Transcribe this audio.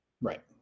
Right